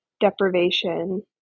deprivation